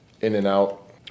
in-and-out